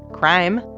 crime,